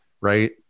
Right